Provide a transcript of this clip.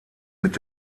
mit